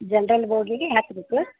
general ಬೋಗಿಗೆ ಹತ್ತಬೇಕು